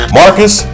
marcus